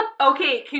Okay